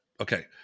Okay